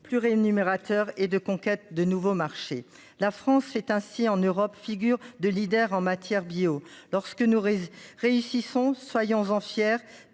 plus rémunérateur et de conquête de nouveaux marchés, la France fait ainsi en Europe figure de leader en matière bio lorsque nous réussissons soyons-en fiers